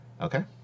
Okay